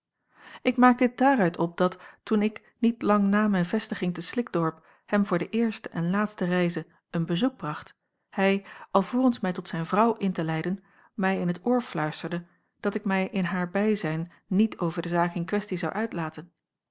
ik maak dit daaruit op dat toen ik niet lang na mijn vestiging te slikdorp hem voor de eerste en laatste reize een bezoek bracht hij alvorens mij tot zijn vrouw in te leiden mij in t oor fluisterde dat ik mij in haar bijzijn niet over de zaak in questie zou uitlaten